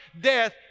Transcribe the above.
death